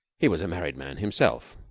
he was a married man himself.